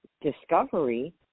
discovery